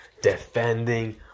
defending